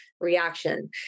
reaction